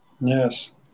Yes